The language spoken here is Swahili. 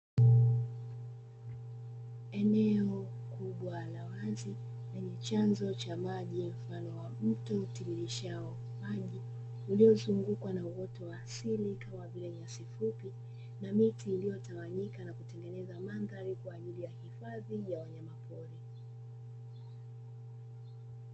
Eneo kubwa la wazi lenye chanzo cha maji mfano wa mto, utiririshao maji, uliozungukwa na uoto wa asili kama vile nyasi fupi na miti iliyotawanyika na kutengeneza mandhari, kwa ajili ya hifadhi ya wanyamapori